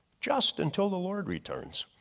just until the lord returns.